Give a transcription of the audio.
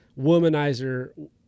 womanizer